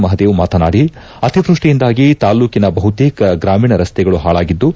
ಮಹದೇವ್ ಮಾತನಾಡಿ ಅತಿವೃಷ್ಷಿಯಿಂದಾಗಿ ತಾಲ್ಡೂಕನ ಬಹುತೇಕ ಗ್ರಾಮೀಣ ರಸ್ತೆಗಳು ಹಾಳಾಗಿದ್ದು